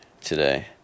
today